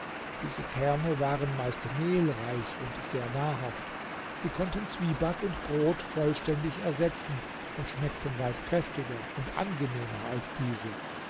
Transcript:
diese kerne waren meist mehlreich und sehr nahrhaft sie konnten zwieback und brot vollständig ersetzen und schmeckten weit kräftiger und angenehmer als diese